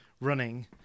running